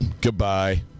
Goodbye